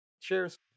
Cheers